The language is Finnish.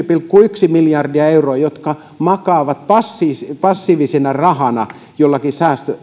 pilkku yksi miljardia euroa jotka makaavat passiivisena passiivisena rahana jollakin